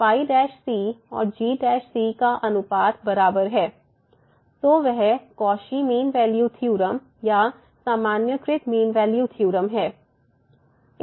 ϕ और g का अनुपात बराबर है fb f g g तो वह कौशी मीन वैल्यू थ्योरम या सामान्यीकृत मीन वैल्यू थ्योरम है